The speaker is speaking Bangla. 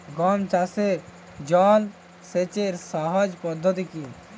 গম চাষে জল সেচের সহজ পদ্ধতি কি?